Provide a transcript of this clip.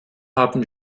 haben